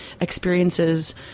experiences